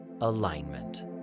alignment